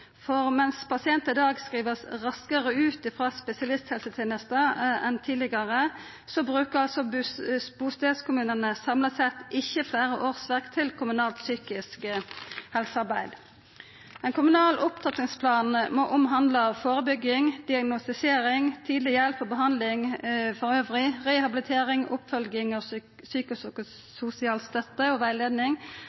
For mens pasientar i dag vert skrivne ut raskare enn tidlegare frå spesialisthelsetenesta, brukar altså bustadkommunane samla sett ikkje fleire årsverk til kommunalt psykisk helsearbeid. Ein kommunal opptrappingsplan må omhandla førebygging, diagnostisering, tidleg hjelp og behandling elles, rehabilitering, oppfølging,